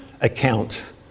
account